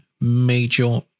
major